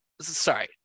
Sorry